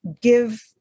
give